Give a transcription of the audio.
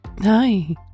Hi